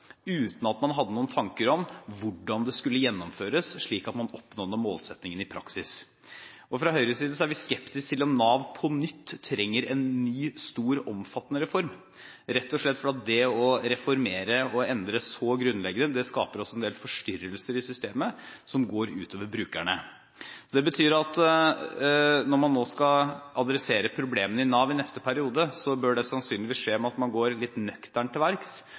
uten at man hadde noen tanker om hvordan det skulle gjennomføres slik at man nådde målsettingene i praksis. Fra Høyres side er vi skeptisk til om Nav på nytt trenger en stor og omfattende reform, rett og slett fordi det å reformere og endre så grunnleggende skaper en del forstyrrelser i systemet som går ut over brukerne. Det betyr at når man nå skal adressere problemene i Nav i neste periode, bør det sannsynligvis skje ved at man går litt nøkternt til verks